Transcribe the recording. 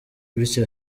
bityo